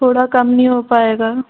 थोड़ा कम नहीं हो पाएगा